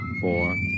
four